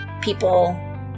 people